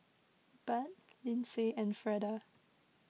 Budd Lynsey and Freda